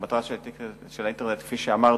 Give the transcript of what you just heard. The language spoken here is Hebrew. המטרה של האינטרנט, כפי שאמרתי,